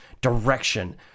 Direction